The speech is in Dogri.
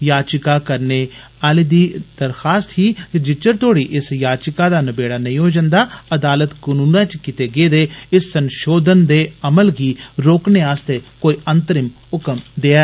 याचिका करने आली दी परखास्त ही जे जिच्चर तोड़ी इस याचिका दा नबेडा नेंई होई जन्दा अदालत कनूनै च कीते गेदे इस संषोधन दे अमल गी रोकने आस्ते कोई अंतरिम हुक्म देई देयै